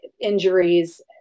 injuries